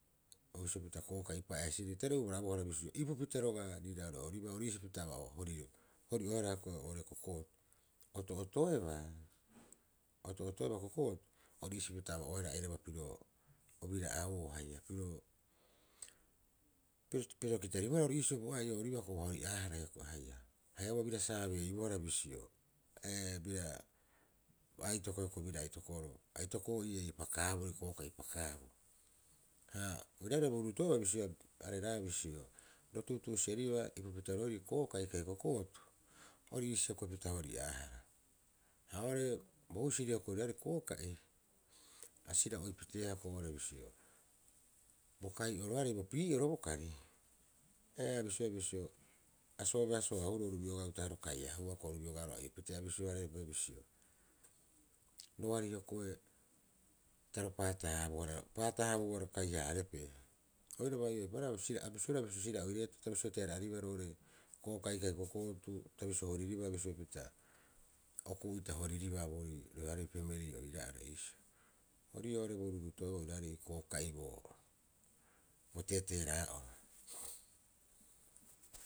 Bisio pita kooka'i pa'eisirei tare ubarabohara, bisio ipupita roga'a riira ore'ooribaa, ori'iisii pita aba horioe- hara hiokoi oo'ore ko kootu. Oto'otoebaa a oto'otobaa kokootu, a ori'iisii pita aba'oehara airaba pirio o bira'auo. Haia piro- piro kitaribohara ori iisio bo ai'o ori iibaa hioko'i jaia ua hori'aahara hioko'i haia. Haia ua bira saabeeibohara bisio ee, bira bo atoko hioko'i biraa aito'oo iroo ii. Pakaabuo kooka'i pakaabu. Ha oiraarei bo ruuruutoe'oa bisio, areraea bisio, ro tuutuusiribaa ipupita roerii kooka'i kai kokootu ori iisii hioko'i pita hori'aahara ha oo'ore bo husiri hioko'i roiraarei kooka'ia sira'oi piteea hioko'i oo'ore bisio. Bo kai'oroarei bo piibuu'oro bo kari, ee a bisioea, bisio, a soobeasoo- harahuroo oru biogaa utaha'a ro kaihaa huuba hioko'i oru biogaaro ai'opitee bisio hara'pee bisio roari hioko'i roari taro paatabo- hara paata- haboubaro kai- harai ee, oiraba ii'oo ta bisio teera'a- harabaa oo'ore kooka'i kai kokootu, ta bisio horiiba bisio pita o kuu'ita boorii roheoarei pemelii oira'ara iisio. Ori ii'oo oo'oro bo ruuruuto'e'oa oiraarei kooka'i poroko bo teera'a'oo.